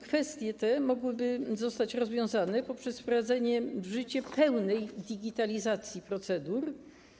Kwestie te mogłyby zostać rozwiązane poprzez wprowadzenie w życie pełnej digitalizacji procedur.